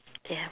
ya